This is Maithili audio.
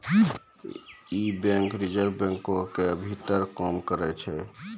इ बैंक रिजर्व बैंको के भीतर काम करै छै